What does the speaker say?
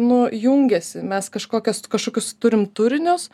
nu jungiasi mes kažkokias kažkokius turim turinius